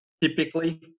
typically